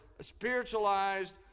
spiritualized